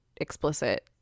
explicit